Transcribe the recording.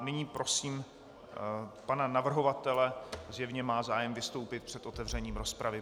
Nyní prosím pana navrhovatele, zjevně má zájem vystoupit před otevřením rozpravy.